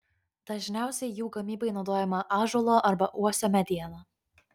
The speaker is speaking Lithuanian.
dažniausiai jų gamybai naudojama ąžuolo arba uosio mediena